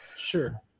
Sure